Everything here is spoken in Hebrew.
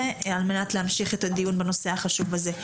על מנת להמשיך את הדיון בנושא החשוב הזה.